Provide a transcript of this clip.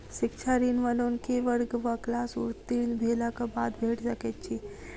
शिक्षा ऋण वा लोन केँ वर्ग वा क्लास उत्तीर्ण भेलाक बाद भेट सकैत छी?